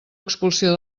expulsió